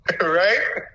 Right